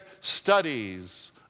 studies